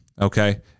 okay